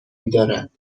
میدارد